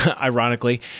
ironically